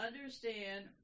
understand